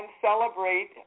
celebrate